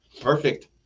Perfect